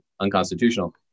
unconstitutional